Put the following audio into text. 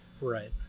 Right